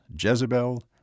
Jezebel